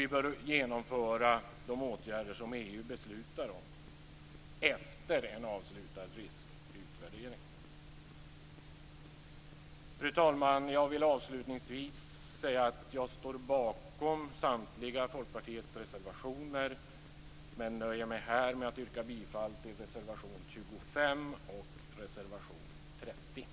Vi bör genomföra de åtgärder som EU beslutar om efter en avslutad riskutvärdering. Fru talman! Jag vill avslutningsvis säga att jag står bakom samtliga Folkpartiets reservationer, men jag nöjer mig här med att yrka bifall till reservationerna 25 och 30.